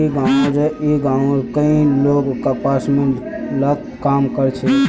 ई गांवउर कई लोग कपास मिलत काम कर छे